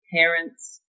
parents